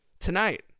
Tonight